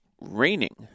raining